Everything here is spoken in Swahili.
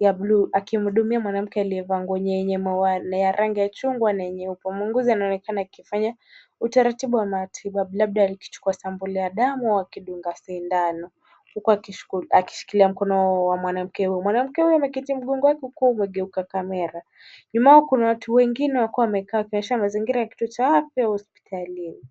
ya bluu akimhudumia mwanamke aliyevaa nguo yenye maua na rangi ya chungwa na nyeupe. Muuguzi anaonekana akifanya utaratibu wa matibabu labda akichukua sampuli ya damu au akidunga sindano huku akishikilia mkono wa mwanamke. Mwanamke huyo ameketi mgongo wake ukiwa umegeuka kamera. Nyuma yao kuna watu wengine wakiwa wamekaa wakionyesha mazingira ya kituo cha afya au hospitalini.